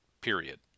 period